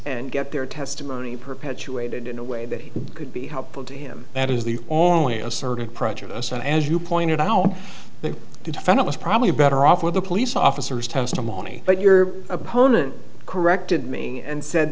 and get their testimony perpetuated in a way that could be helpful to him that is the only asserted prejudice and as you pointed out the defendant was probably better off with the police officers testimony but your opponent corrected me and said